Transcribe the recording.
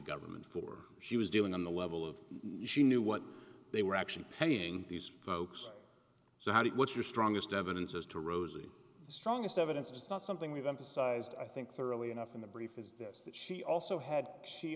government for she was dealing on the level of she knew what they were actually paying these folks so how do you what's your strongest evidence as to rosie the strongest evidence or is not something we've emphasized i think thoroughly enough in the brief is this that she also had she